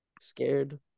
scared